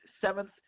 seventh